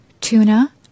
tuna